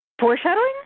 Foreshadowing